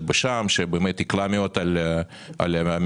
בשע"ם שבאמת הקלה מאוד על המייצגים,